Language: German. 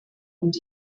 und